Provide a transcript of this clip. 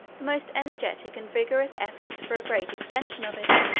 the most energetic and vigorous efforts for a great extension of it.